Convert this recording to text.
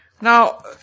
Now